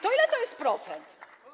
To ile to jest procent?